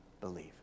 believe